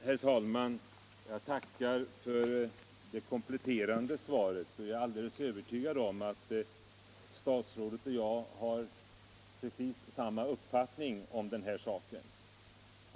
Herr talman! Jag tackar för det kompletterande svaret. Jag är alldeles övertygad om att statsrådet och jag har precis samma uppfattning om den här saken.